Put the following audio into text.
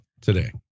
today